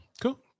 cool